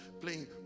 playing